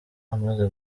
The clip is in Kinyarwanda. amaze